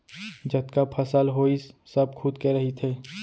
जतका फसल होइस सब खुद के रहिथे